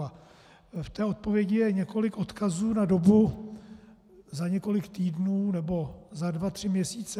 V té odpovědi je několik odkazů na dobu za několik týdnů, nebo za dva tři měsíce.